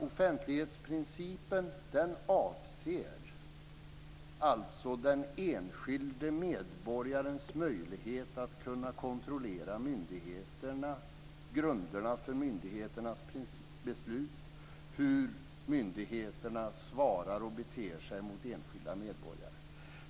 Offentlighetsprincipen avser alltså den enskilde medborgarens möjlighet att kontrollera myndigheterna, grunderna för myndigheternas beslut och hur myndigheterna svarar och beter sig mot enskilda medborgare.